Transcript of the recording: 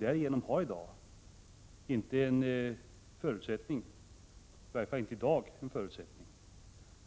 Därigenom har vi i varje fall inte i dag några förutsättningar